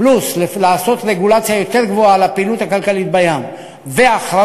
פלוס לעשות רגולציה יותר גבוהה של הפעילות הכלכלית בים והכרזות